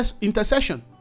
intercession